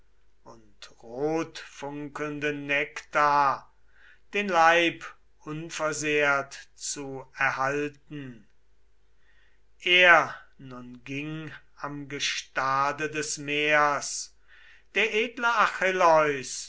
und rotfunkelnden nektar den leib unversehrt zu erhalten er nun ging am gestade des meers der edle